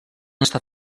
estar